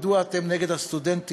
מדוע אתם נגד הסטודנטים,